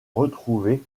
retrouvées